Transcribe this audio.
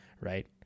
right